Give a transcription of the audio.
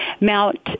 mount